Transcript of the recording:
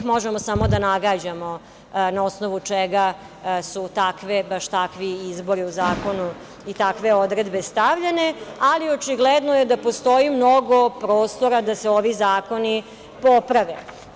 Možemo samo da nagađamo na osnovu čega su baš takvi izbori u zakonu i takve odredbe stavljene, ali očigledno je da postoji mnogo prostora da se ovi zakoni poprave.